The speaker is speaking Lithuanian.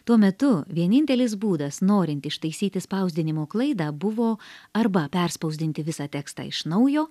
tuo metu vienintelis būdas norint ištaisyti spausdinimo klaidą buvo arba perspausdinti visą tekstą iš naujo